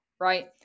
right